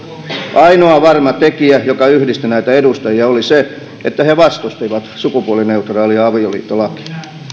ainoa varma tekijä joka yhdisti näitä edustajia oli se että he vastustivat sukupuolineutraalia avioliittolakia